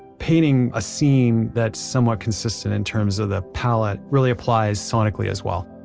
painting a scene that's somewhat consistent in terms of the palette really applies sonically, as well